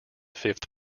fifth